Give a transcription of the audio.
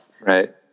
Right